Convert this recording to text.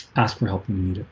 ask for helping you